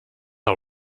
all